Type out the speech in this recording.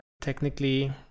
technically